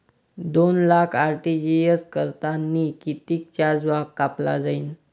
दोन लाख आर.टी.जी.एस करतांनी कितीक चार्ज कापला जाईन?